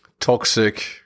Toxic